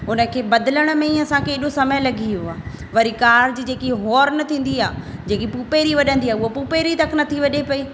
उन खे बदलण में ई असांखे समय लॻी वियो आहे वरी कार जी जेकी हॉर्न थींदी आहे जेकी पुपेरी वजंदी आहे वो पुपरे तक नथी वजे पई